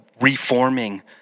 reforming